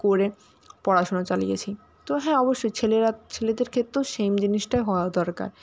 করে পড়াশোনা চালিয়েছি তো হ্যাঁ অবশ্যই ছেলেরা ছেলেদের ক্ষেত্রেও সেম জিনিসটাই হওয়া দরকার